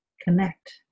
connect